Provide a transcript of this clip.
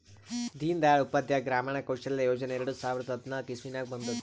ದೀನ್ ದಯಾಳ್ ಉಪಾಧ್ಯಾಯ ಗ್ರಾಮೀಣ ಕೌಶಲ್ಯ ಯೋಜನಾ ಎರಡು ಸಾವಿರದ ಹದ್ನಾಕ್ ಇಸ್ವಿನಾಗ್ ಬಂದುದ್